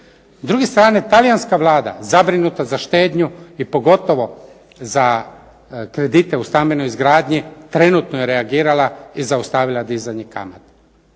druge strane, talijanska Vlada zabrinuta za štednju i pogotovo za kredite u stambenoj izgradnji trenutno je reagirala i zaustavila dizanje kamata.